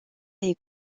est